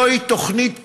זוהי תוכנית פחדנית,